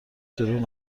دروغ